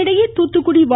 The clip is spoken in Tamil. இதனிடையே தூத்துக்குடி வ